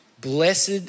Blessed